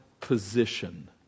position